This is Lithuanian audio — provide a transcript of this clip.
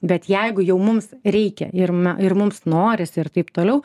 bet jeigu jau mums reikia ir na ir mums norisi ir taip toliau